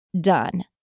done